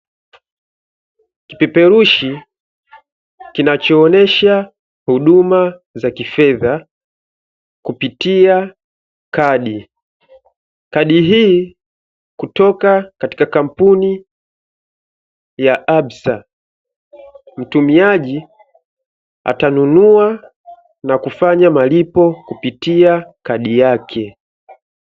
Kipeperushi kinachoonyesha huduma za kifedha kupitia kadi. Kadi hii kutoka katika kampuni ya "absa". Mtumiaji atanunua na kufanya malipo kupitia kadi yake.